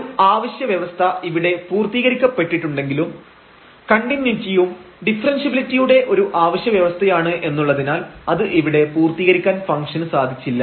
ഒരു അവശ്യ വ്യവസ്ഥ ഇവിടെ പൂർത്തീകരിക്കപ്പെട്ടിട്ടുണ്ടെങ്കിലും കണ്ടിന്യൂയിറ്റിയും ഡിഫറെൻഷ്യബിലിറ്റിയുടെ ഒരു അവശ്യ വ്യവസ്ഥയാണ് എന്നുള്ളതിനാൽ അത് ഇവിടെ പൂർത്തീകരിക്കാൻ ഫംഗഷന് സാധിച്ചില്ല